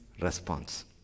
response